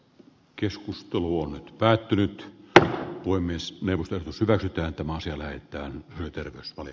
keskustelu on päätynyt tähän voi myös merkitä sitä että itämaisia löytö on kirkas oli